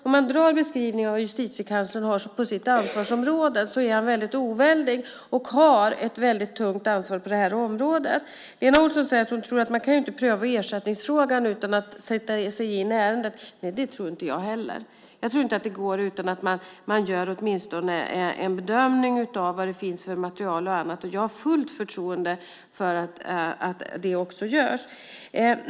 Om man drar beskrivningen av vad Justitiekanslern har på sitt ansvarsområde är han oväldig och har ett tungt ansvar på detta område. Lena Olsson säger att man inte kan pröva ersättningsfrågan utan att sätta sig in i ärendet. Nej, det tror inte jag heller. Jag tror inte att det går utan att man gör åtminstone en bedömning av vad det finns för material och annat. Jag har fullt förtroende för att det också görs.